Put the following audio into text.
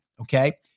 Okay